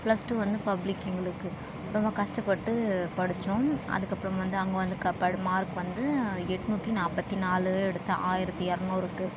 plus two வந்து public எங்களுக்கு ரொம்ப கஸ்டப்பட்டு படிச்சோம் அதுக்கு அப்பறம் வந்து அங்கே வந்துக்கு அப்பாடு மார்க் வந்து எட்நூற்றி நாற்பத்தி நாலு எடுத்தேன் ஆயிரத்தி இரநூறுக்கு